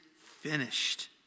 finished